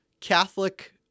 Catholic